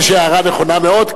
פה יש הערה נכונה מאוד,